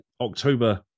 october